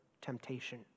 temptation